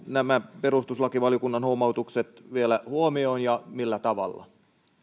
nämä perustuslakivaliokunnan huomautukset vielä huomioon ja millä tavalla